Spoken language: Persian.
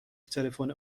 تلفن